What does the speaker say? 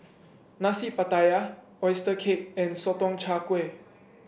Nasi Pattaya oyster cake and Sotong Char Kway